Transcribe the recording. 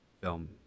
film